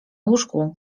łóżku